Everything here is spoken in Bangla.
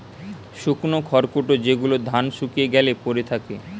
শুকনো খড়কুটো যেগুলো ধান শুকিয়ে গ্যালে পড়ে থাকে